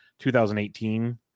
2018